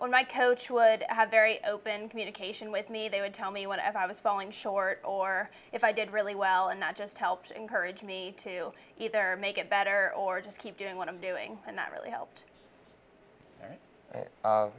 on my coach would have very open communication with me they would tell me whatever i was falling short or if i did really well and not just helped encourage me to either make it better or just keep doing what i'm doing and that really helped